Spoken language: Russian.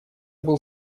был